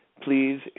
please